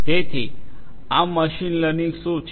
તેથી આ machine learning શું છે